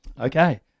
Okay